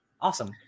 Awesome